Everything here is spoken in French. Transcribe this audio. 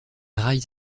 rails